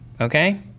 Okay